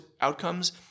outcomes